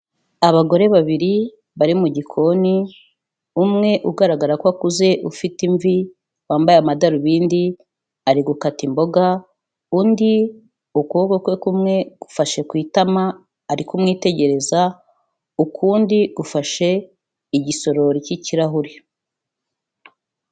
Abagore babiri bari mu gikoni, umwe ugaragara ko akuze ufite imvi wambaye amadarubindi, ari gukata imboga, undi ukuboko kwe kumwe gufashe ku itama, ari kumwitegereza, ukundi gufashe igisorori cy'ikirahure.